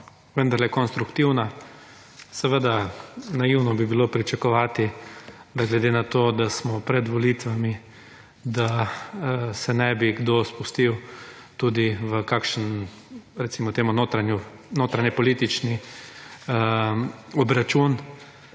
vendarle konstruktivna. Seveda naivno bi bilo pričakovati, da glede na to, da smo pred volitvami, da se ne bi kdo spustil tudi v kakšen, recimo temu notranjepolitični odračun,